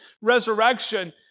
resurrection